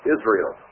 Israel